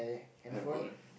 handphone